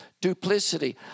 duplicity